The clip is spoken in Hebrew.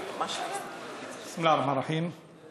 בסם אללה א-רחמאן א-רחים.